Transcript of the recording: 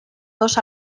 dos